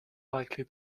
likely